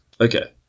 Okay